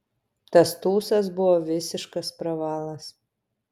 tas tūsas buvo visiškas pravalas